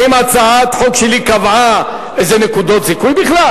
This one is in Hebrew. האם הצעת החוק שלי קבעה איזה נקודות זיכוי בכלל?